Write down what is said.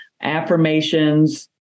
affirmations